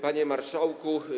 Panie Marszałku!